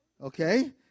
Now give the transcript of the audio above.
Okay